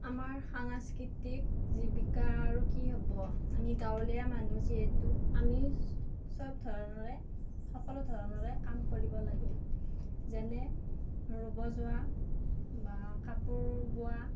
আমাৰ সাংস্কৃতিক জীৱিকা আৰু কি হ'ব আমি গাঁৱলীয়া মানুহ যিহেতু আমি সব ধৰণৰে সকলো ধৰণৰে কাম কৰিব লাগে যেনে ৰুব যোৱা বা কাপোৰ বোৱা